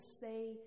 say